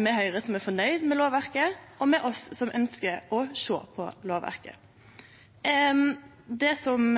med Høgre, som er fornøgde med lovverket, og med oss, som ønskjer å sjå på lovverket. Det som